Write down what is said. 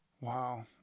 Wow